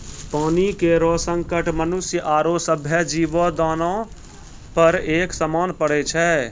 पानी केरो संकट मनुष्य आरो सभ्भे जीवो, दोनों पर एक समान पड़ै छै?